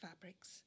fabrics